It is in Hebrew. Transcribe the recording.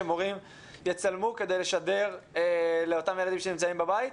שמורים יצלמו כדי לשדר לאותם ילדים שנמצאים בבית?